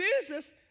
Jesus